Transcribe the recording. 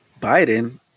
Biden